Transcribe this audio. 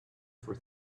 for